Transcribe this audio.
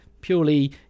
purely